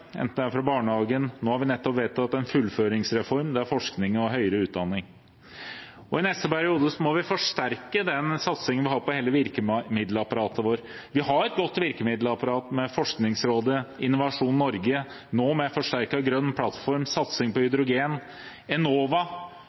fra barnehagen. Vi har nettopp vedtatt en fullføringsreform, og det er forskning og høyere utdanning. I neste periode må vi forsterke satsingen vi har på hele virkemiddelapparatet vårt. Vi har et godt virkemiddelapparat med Forskningsrådet, Innovasjon Norge, nå med en forsterket grønn plattform, satsing på hydrogen, Enova,